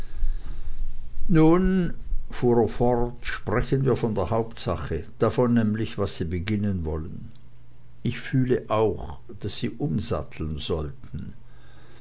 sprechen wir von der hauptsache davon nämlich was sie beginnen wollen ich fühle auch daß sie umsatteln sollten